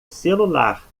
celular